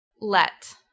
let